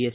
S